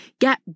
get